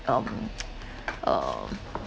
um um